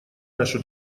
нашу